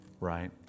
right